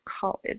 college